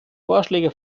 vorschläge